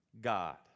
God